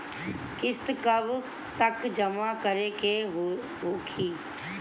किस्त कब तक जमा करें के होखी?